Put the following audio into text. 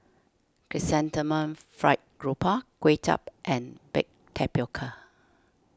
Chrysanthemum Fried Grouper Kway Chap and Baked Tapioca